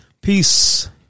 Peace